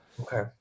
Okay